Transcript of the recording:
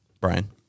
Brian